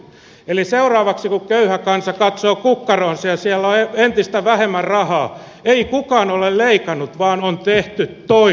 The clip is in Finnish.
eli seuraavaksi kun köyhä kansa katsoo kukkaroonsa ja siellä on entistä vähemmän rahaa ei kukaan ole leikannut vaan on tehty toisin